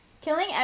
killing